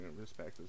respect